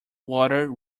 water